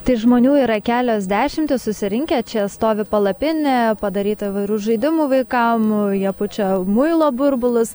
tai žmonių yra kelios dešimtys susirinkę čia stovi palapinė padaryta įvairių žaidimų vaikam jie pučia muilo burbulus